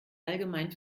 allgemein